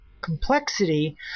complexity